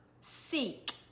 seek